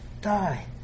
die